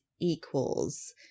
equals